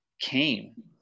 came